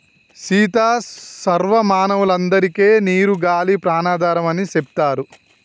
సీత సర్వ మానవులందరికే నీరు గాలి ప్రాణాధారం అని సెప్తారు